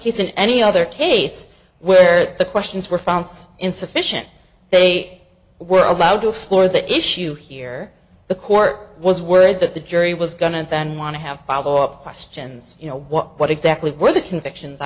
case in any other case where the questions were found insufficient they were allowed to explore the issue here the court was worried that the jury was going to fan want to have follow up questions you know what exactly were the convictions i